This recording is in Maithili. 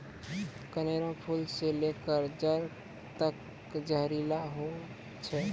कनेर रो फूल से लेकर जड़ तक जहरीला होय छै